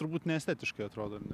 turbūt neestetiškai atrodo ar ne